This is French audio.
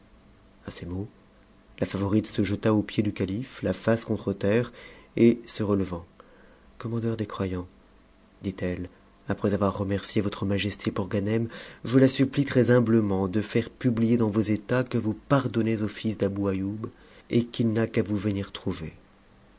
a ces mots la favorite se jeta aux pieds du calife la face contre terre et se relevant commandeur des croyants dit-elle après avoir remercié votre majesté pour ganem je la supplie très hummement de faire publier dans vos états que vous pardonnez au fils d'abou aîoub et qu'il n'a qu'à vous venir trouver